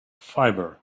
fibre